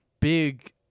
big